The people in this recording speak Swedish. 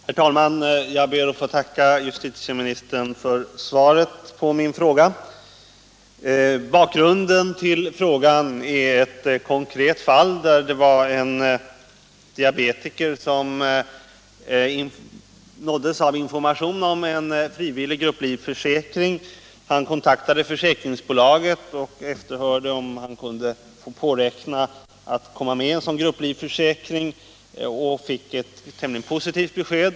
Herr talman! Jag ber att få tacka justitieministern för svaret på min fråga. Bakgrunden till frågan är ett konkret fall. En diabetiker nåddes av information om en frivillig grupplivförsäkring. Han kontaktade försäkringsbolaget och efterhörde om han kunde påräkna att komma med i en sådan grupplivförsäkring, och han fick ett tämligen positivt besked.